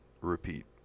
repeat